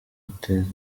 guteza